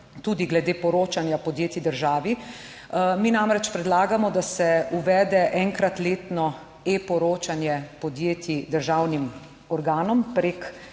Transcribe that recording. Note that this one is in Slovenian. tudi glede poročanja podjetij državi. Mi namreč predlagamo, da se uvede enkrat letno e-poročanje podjetij državnim organom preko